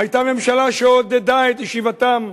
היתה ממשלה שעודדה את ישיבתם,